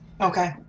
Okay